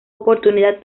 oportunidad